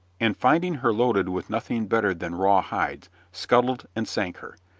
and finding her loaded with nothing better than raw hides, scuttled and sank her,